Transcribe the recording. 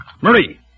Marie